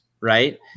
right